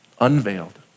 unveiled